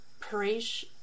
Paris